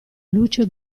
luce